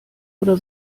oder